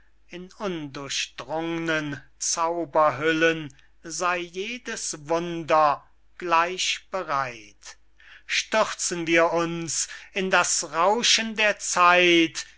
in undurchdrungnen zauberhüllen sey jedes wunder gleich bereit stürzen wir uns in das rauschen der zeit